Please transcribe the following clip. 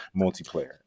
multiplayer